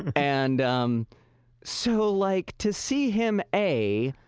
and um so like to see him a,